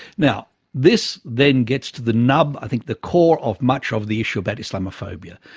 now this then gets to the nub, i think the core, of much of the issue about islamophobia.